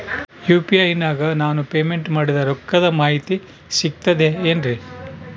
UPI ನಾಗ ನಾನು payment ಮಾಡಿದ ರೊಕ್ಕದ ಮಾಹಿತಿ ಸಿಕ್ತದೆ ಏನ್ರಿ?